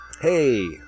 Hey